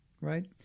right